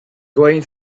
going